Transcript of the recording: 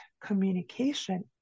communication